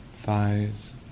thighs